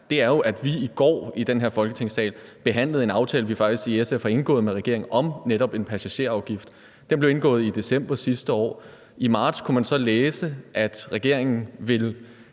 er, at vi i går i Folketingssalen behandlede en aftale, vi i SF faktisk har indgået med regeringen, om netop en passagerafgift. Den blev indgået i december sidste år. I marts kunne man så læse, at regeringen vil